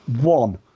One